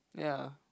ya